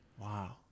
Wow